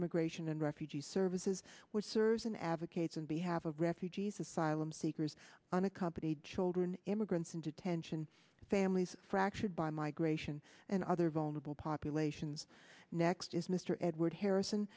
immigration and refugee services which serves an advocate on behalf of refugees asylum seekers unaccompanied children immigrants in detention families fractured by migration and other vulnerable populations next is mr edward harrison